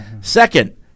Second